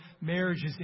marriages